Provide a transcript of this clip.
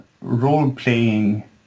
role-playing